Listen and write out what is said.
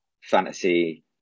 fantasy